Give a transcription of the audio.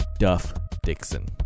DuffDixon